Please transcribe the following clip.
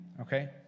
okay